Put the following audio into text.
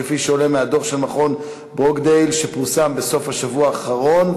כפי שעולה מהדוח של מכון ברוקדייל שפורסם בסוף השבוע האחרון,